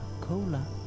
Cola